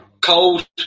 cold